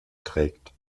trägt